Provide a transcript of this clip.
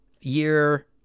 Year